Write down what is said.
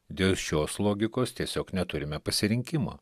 dėl šios logikos tiesiog neturime pasirinkimo